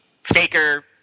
Faker